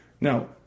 Now